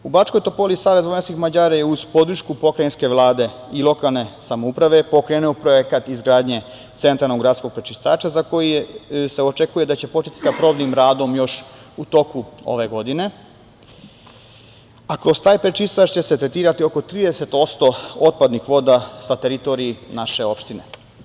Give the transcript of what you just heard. U Bačkoj Topoli SVM je uz podršku Pokrajinske vlade i lokalne samouprave pokrenuo projekat izgradnje centralnog gradskog prečistača za koji se očekuje da će početi sa početnim radom još u toku ove godine, a kroz taj prečistač će se tretirati oko 30% otpadnih voda sa teritorije naše opštine.